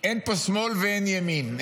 אין פה שמאל ואין ימין,